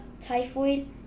typhoid